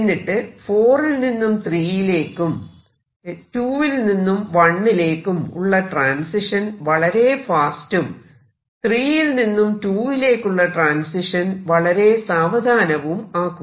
എന്നിട്ട് 4 ൽ നിന്നും 3 ലേക്കും 2 ൽ നിന്നും 1 ലേക്കും ഉള്ള ട്രാൻസിഷൻ വളരെ വേഗത്തിലും 3 ൽ നിന്നും 2 ലേക്കുള്ള ട്രാൻസിഷൻ വളരെ സാവധാനവും ആക്കുക